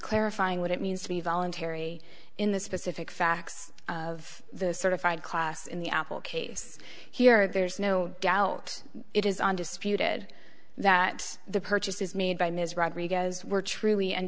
clarifying what it means to be voluntary in the specific facts of the sort of fide class in the apple case here there's no doubt it is undisputed that the purchases made by ms rodriguez were truly an